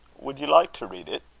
would you like to read it?